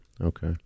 okay